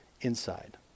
inside